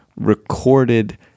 recorded